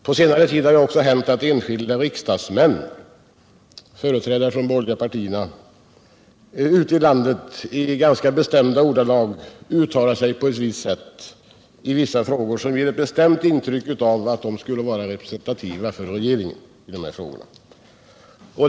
På senare tid har det också hänt att enskilda riksdagsmän — företrädare för de borgerliga partierna — ute i landet i ganska bestämda ordalag uttalat sig i vissa frågor på ett sätt som ger ett bestämt intryck av att de skulle vara representativa för regeringen i dessa frågor vad gäller förslaget till ny förtroendemannalag.